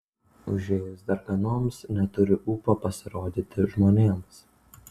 užėjus darganoms neturi ūpo pasirodyti žmonėms